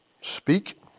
speak